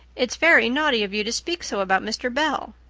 it's very naughty of you to speak so about mr. bell,